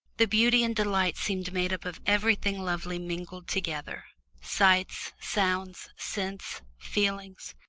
the beauty and delight seemed made up of everything lovely mingled together sights, sounds, scents, feelings.